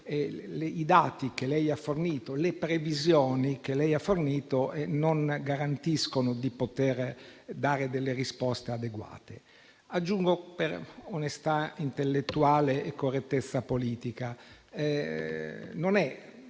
perché i dati e le previsioni che lei ha fornito non garantiscono di poter dare delle risposte adeguate. Aggiungo, per onestà intellettuale e correttezza politica,